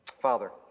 Father